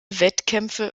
wettkämpfe